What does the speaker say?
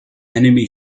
enemy